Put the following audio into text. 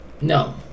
no